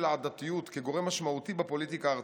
העדתיות כגורם משמעותי בפוליטיקה הארצית.